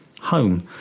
home